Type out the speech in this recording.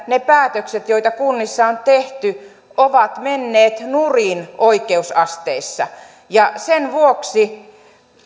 ne päätökset joita kunnissa on tehty ovat menneet nurin oikeusasteissa sen vuoksi